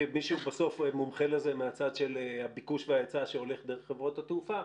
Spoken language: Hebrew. כמי שמומחה לזה מהצד של הביקוש וההיצע שהולך דרך חברות התעופה,